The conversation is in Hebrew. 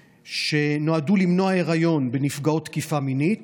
שנועדו למניעת היריון בנפגעות תקיפה מינית